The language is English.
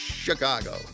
Chicago